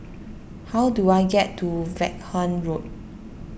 how do I get to Vaughan Road